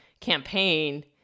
campaign